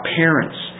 parents